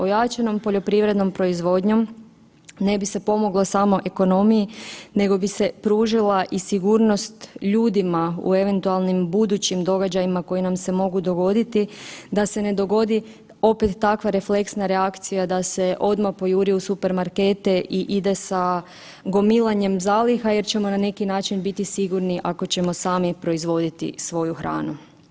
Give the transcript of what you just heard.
Ojačanom poljoprivrednom proizvodnjom ne bi se pomoglo samo ekonomiji, nego bi se pružila i sigurnost ljudima u eventualnim budućim događajima koji nam se mogu dogoditi, da se ne dogodi opet takva refleksna reakcija da se odmah pojuri u supermarkete i ide sa gomilanjem zaliha jer ćemo na neki način biti sigurni ako ćemo sami proizvoditi svoju hranu.